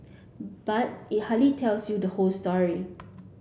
but it hardly tells you the whole story